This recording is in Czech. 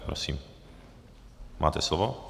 Prosím, máte slovo.